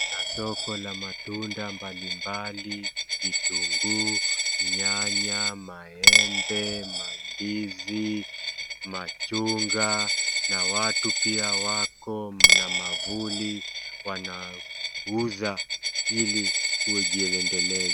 Kuna soko la matunda mbali mbali, vitunguu, nyanya, maembe mandizi, machungwa na watu pia wako na mwavuli wanauza ili kujiendeleza.